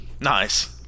Nice